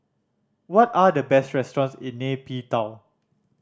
what are the best restaurants in Nay Pyi Taw